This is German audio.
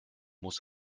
muss